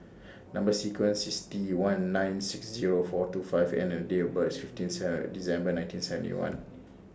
Number sequence IS T one nine six Zero four two five N and The Date of birth IS fifteen Third December nineteen seventy one